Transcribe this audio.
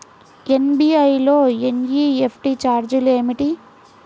SBI లో NEFT ఛార్జీలు ఏమిటి?